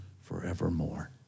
forevermore